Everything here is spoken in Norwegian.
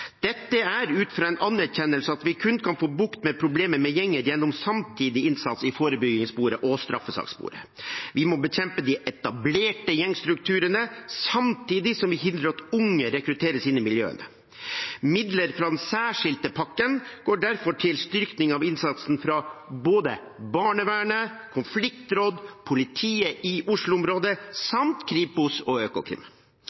Dette er ut fra en anerkjennelse av at vi kun kan få bukt med problemet med gjenger gjennom samtidig innsats i forebyggingssporet og straffesakssporet. Vi må bekjempe de etablerte gjengstrukturene samtidig som vi hindrer at unge rekrutteres inn i miljøene. Midler fra den særskilte pakken går derfor til styrking av innsatsen fra både barnevernet, konfliktråd, politiet i